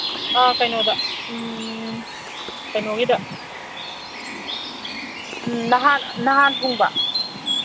ꯑꯥ ꯀꯩꯅꯣꯗ ꯀꯩꯅꯣꯒꯤꯗ ꯅꯍꯥꯟ ꯅꯍꯥꯟ ꯊꯨꯡꯕ